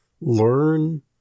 learn